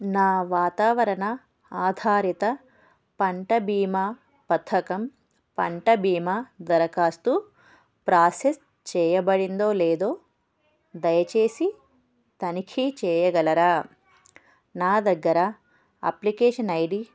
నా వాతావరణ ఆధారిత పంట బీమా పథకం పంట బీమా దరఖాస్తు ప్రాసెస్ చేయబడిందో లేదో దయచేసి తనిఖీ చేయగలరా నా దగ్గర అప్లికేషన్ ఐ డీ